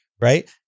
Right